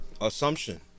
assumption